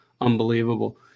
unbelievable